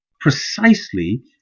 precisely